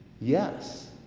yes